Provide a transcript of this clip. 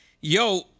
Yo